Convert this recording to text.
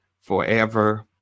forever